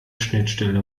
schnittstelle